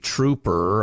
Trooper